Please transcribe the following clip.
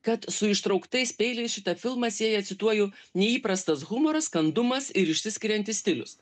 kad su ištrauktais peiliais šitą filmą sieja cituoju neįprastas humoras kandumas ir išsiskiriantis stilius